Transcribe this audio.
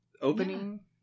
Opening